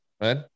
right